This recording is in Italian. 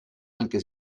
anche